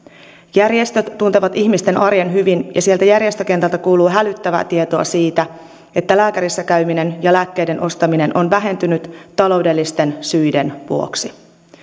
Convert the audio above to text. järjestöt tuntevat ihmisten arjen hyvin ja sieltä järjestökentältä kuuluu hälyttävää tietoa siitä että lääkärissä käyminen ja lääkkeiden ostaminen on vähentynyt taloudellisten syiden vuoksi